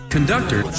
Conductor